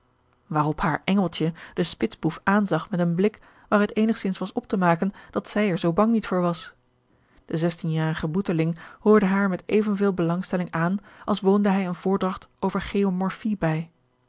waarop haar engeltje den spitsboef aanzag met een blik waaruit eenigzins was op te maken dat zij er zoo bang niet voor was de zestienjarige boeteling hoorde haar met evenveel belangstelling aan als woonde hij eene voordragt over geomorphie bij